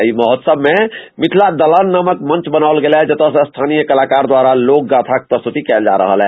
एहि महोत्सव मे मिथिला दलान नामक मंच बनाओल गेला जतऽ स्थानीय कलाकार द्वारा लोक गाथाक प्रस्तुति कयल जा रहल अछि